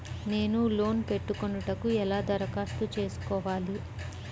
నేను లోన్ పెట్టుకొనుటకు ఎలా దరఖాస్తు చేసుకోవాలి?